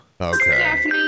Okay